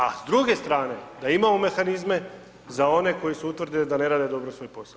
A s druge strane da imamo mehanizme za one koji su utvrdili da ne rade svoj posao.